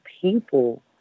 people